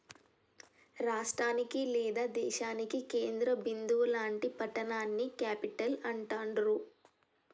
రాష్టానికి లేదా దేశానికి కేంద్ర బిందువు లాంటి పట్టణాన్ని క్యేపిటల్ అంటాండ్రు